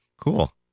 Cool